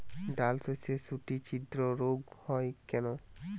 ডালশস্যর শুটি ছিদ্র রোগ হয় কেন?